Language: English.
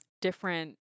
different